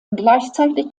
gleichzeitig